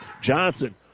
Johnson